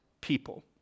people